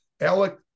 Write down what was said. Alec